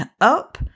up